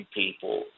people